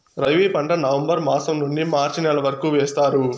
రబీ పంట నవంబర్ మాసం నుండీ మార్చి నెల వరకు వేస్తారు